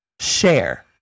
share